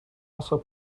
also